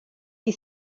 die